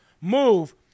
move